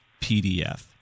PDF